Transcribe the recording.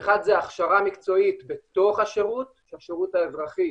שאחד זה הכשרה מקצועית בתוך השירות האזרחי,